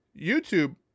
YouTube